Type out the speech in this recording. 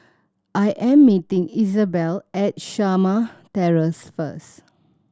I am meeting Isabel at Shamah Terrace first